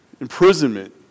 imprisonment